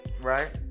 Right